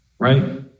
Right